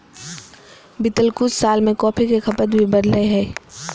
बीतल कुछ साल में कॉफ़ी के खपत भी बढ़लय हें